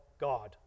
God